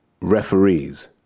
referees